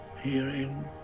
herein